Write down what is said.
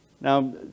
Now